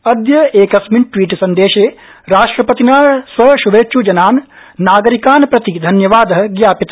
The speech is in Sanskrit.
अदय एकस्मिन् टवीट सन्देशे राष्ट्रपतिना स्वशभेच्छजनान् नागरिकान् प्रति धन्यवाद ज्ञापित